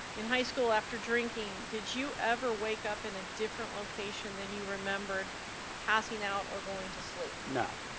in high school, after drinking, did you ever wake up in a different location than you remembered passing out or going to sleep? no.